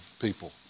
people